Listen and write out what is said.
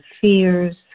fears